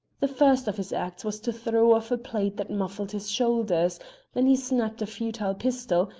the first of his acts was to throw off a plaid that muffled his shoulders then he snapped a futile pistol,